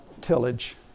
tillage